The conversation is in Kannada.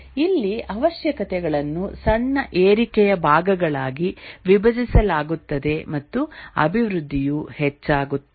ಇಲ್ಲಿ ಅವಶ್ಯಕತೆಗಳನ್ನು ಸಣ್ಣ ಏರಿಕೆಯ ಭಾಗಗಳಾಗಿ ವಿಭಜಿಸಲಾಗುತ್ತದೆ ಮತ್ತು ಅಭಿವೃದ್ಧಿಯು ಹೆಚ್ಚಾಗುತ್ತದೆ